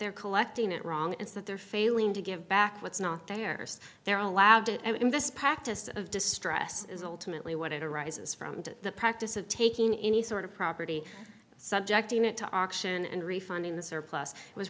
they're collecting it wrong it's that they're failing to give back what's not there they're allowed to and in this practice of distress is ultimately what it arises from to the practice of taking any sort of property subjecting it to auction and refunding the surplus was